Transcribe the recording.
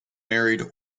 married